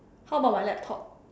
how about my laptop